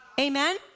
amen